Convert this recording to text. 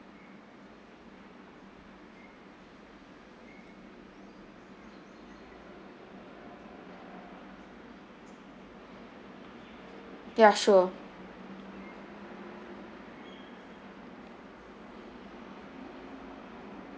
ya sure